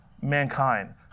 mankind